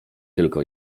tylko